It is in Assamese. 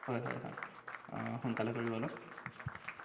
হয় হয় হয় অঁ সোনকালে কৰিব অলপ